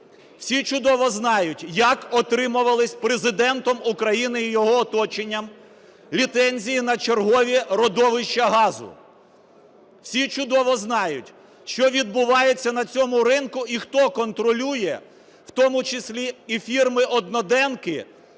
Всі чудово знають, як отримувались Президентом України і його оточенням ліцензії на чергові родовища газу. Всі чудово знають, що відбувається на цьому ринку і хто контролює у тому числі і фірми-одноденки,